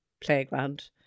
playground